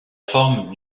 forme